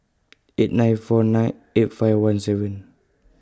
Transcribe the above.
eight nine four nine eight five one seven